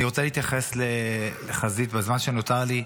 אני רוצה להתייחס לחזית הסורית בזמן שנותר לי.